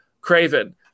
craven